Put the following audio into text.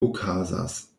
okazas